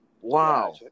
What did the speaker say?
wow